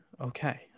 okay